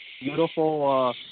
beautiful